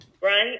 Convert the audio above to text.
right